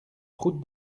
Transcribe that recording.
route